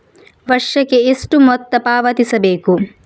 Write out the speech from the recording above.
ವರ್ಷಕ್ಕೆ ಎಷ್ಟು ಮೊತ್ತ ಪಾವತಿಸಬೇಕು?